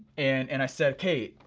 and and i said kay,